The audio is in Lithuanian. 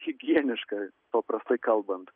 higieniška paprastai kalbant